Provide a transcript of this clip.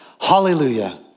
Hallelujah